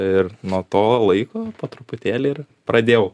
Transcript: ir nuo to laiko po truputėlį ir pradėjau